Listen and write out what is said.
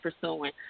pursuing